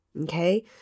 Okay